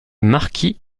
marquis